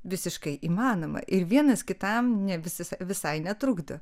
visiškai įmanoma ir vienas kitam ne visi visai netrukdo